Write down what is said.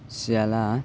सियाला